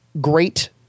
great